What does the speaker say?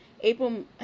April